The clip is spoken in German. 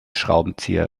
schraubenzieher